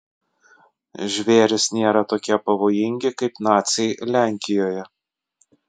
žvėrys nėra tokie pavojingi kaip naciai lenkijoje